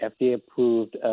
FDA-approved